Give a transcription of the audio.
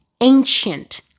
ancient